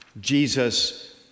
Jesus